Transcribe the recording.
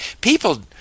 people